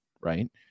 right